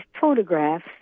photographs